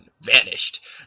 vanished